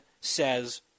says